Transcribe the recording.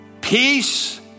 Peace